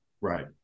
Right